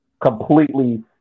completely